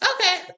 okay